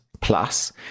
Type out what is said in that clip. plus